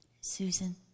Susan